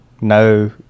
No